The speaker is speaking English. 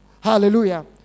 Hallelujah